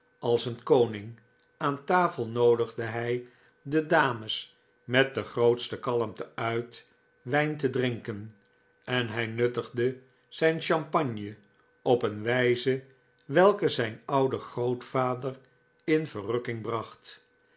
als een koning aan tafel noodigde hij de dames met de grootste kalmte uit wijn te drinken en hij nuttigde zijn champagne op een wijze welke zijn ouden grootvader in verrukking bracht